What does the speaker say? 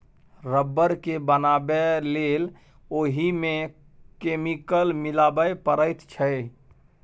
rubber केँ बनाबै लेल ओहि मे केमिकल मिलाबे परैत छै